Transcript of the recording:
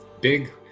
Big